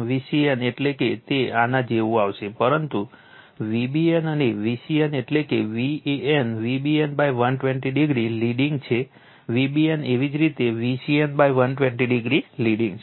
Vcn એટલેકે તે આના જેવું આવશે પરંતુ Vbn અને Vcn એટલે કે Van Vbn120o લિડિંગ છે Vbn એવી જ રીતે Vcn120o લિડિંગ છે